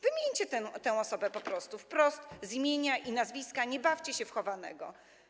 Wymieńcie tę osobę po prostu wprost z imienia i nazwiska, nie bawcie się w chowanego.